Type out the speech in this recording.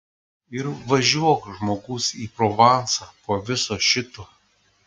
ir važiuok žmogus į provansą po viso šito